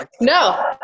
no